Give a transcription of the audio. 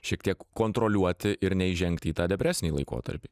šiek tiek kontroliuoti ir neįžengti į tą depresinį laikotarpį